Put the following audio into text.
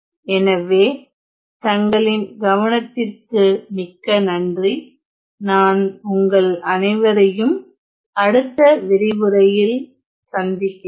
எனவே தங்களின் கவனத்திற்கு மிக்க நன்றி நான் உங்கள் அனைவரையும் அடுத்த விரிவுரையில் சந்திக்கிறேன்